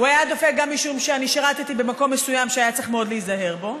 הוא היה דופק גם משום שאני שירתי במקום מסוים שהיה צריך מאוד להיזהר בו,